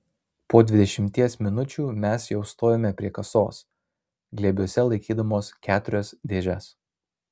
po dvidešimties minučių mes jau stovime prie kasos glėbiuose laikydamos keturias dėžes